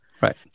Right